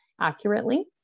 accurately